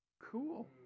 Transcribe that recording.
Cool